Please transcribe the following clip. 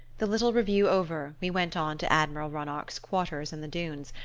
the little review over, we went on to admiral ronarc'h's quarters in the dunes,